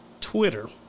Twitter